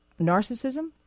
narcissism